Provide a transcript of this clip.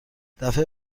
دفعه